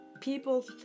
people